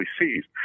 seized